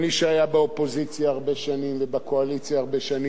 שהיה באופוזיציה הרבה שנים ובקואליציה הרבה שנים,